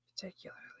particularly